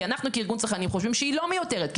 כי אנחנו כארגון צרכנים חושבים שהיא לא מיותרת,